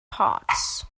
parts